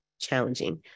challenging